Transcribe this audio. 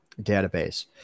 database